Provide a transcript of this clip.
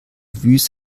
vus